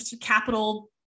capital